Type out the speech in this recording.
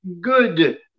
good